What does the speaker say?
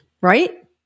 right